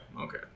okay